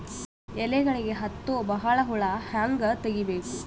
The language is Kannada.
ಎಲೆಗಳಿಗೆ ಹತ್ತೋ ಬಹಳ ಹುಳ ಹಂಗ ತೆಗೀಬೆಕು?